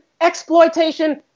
exploitation